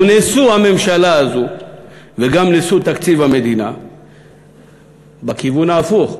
הוא נשוא הממשלה הזאת וגם נשוא תקציב המדינה בכיוון ההפוך,